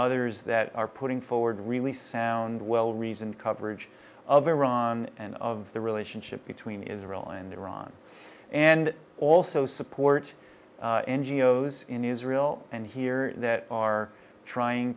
others that are putting forward really sound well reasoned coverage of iran and of the relationship between israel and iran and also support n g o s in israel and here that are trying